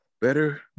Better